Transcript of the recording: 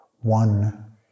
One